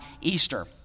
Easter